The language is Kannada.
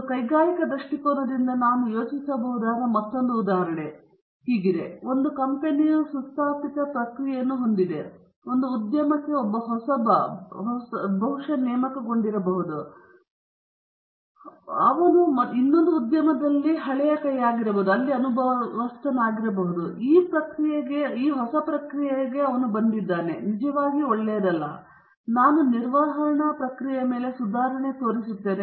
ಒಂದು ಕೈಗಾರಿಕಾ ದೃಷ್ಟಿಕೋನದಿಂದ ನಾನು ಯೋಚಿಸಬಹುದಾದ ಮತ್ತೊಂದು ಉದಾಹರಣೆ ಒಂದು ಕಂಪನಿಯು ಸುಸ್ಥಾಪಿತ ಪ್ರಕ್ರಿಯೆಯನ್ನು ಹೊಂದಿದೆ ಮತ್ತು ಒಂದು ಉದ್ಯಮಕ್ಕೆ ಹೊಸಬ ಬಹುಶಃ ಹೊಸದಾಗಿ ನೇಮಕಗೊಳ್ಳುವ ಅಥವಾ ಮತ್ತೊಂದು ಉದ್ಯಮದಿಂದ ಹಳೆಯ ಕೈ ಈ ಪ್ರಕ್ರಿಯೆಗೆ ಬರಬಹುದು ನಿಜವಾಗಿಯೂ ಒಳ್ಳೆಯದು ಅಲ್ಲ ನಾನು ನಿರ್ವಹಣಾ ಪ್ರಕ್ರಿಯೆಯ ಮೇಲೆ ಸುಧಾರಿಸಬಹುದು